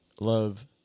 Love